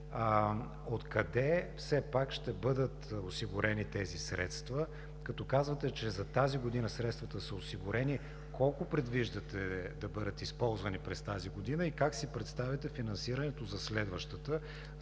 откъде все пак ще бъдат осигурени тези средства? Като казвате, че тази година средствата са осигурени, колко предвиждате да бъдат използвани през тази година? Как си представяте финансирането за следващата,